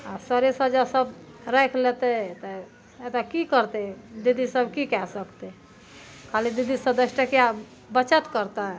आ सरे सब जे सब राखि लेतै तऽ एतऽ की करतै दीदी सब की कए सकतै खाली दीदी सब दस टकिया बचत करतै